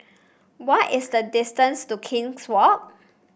what is the distance to King's Walk